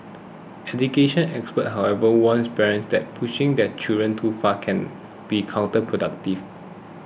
education experts however warn parents that pushing their children too far can be counterproductive